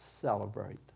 celebrate